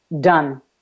done